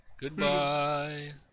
Goodbye